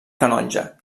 canonge